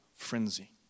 frenzy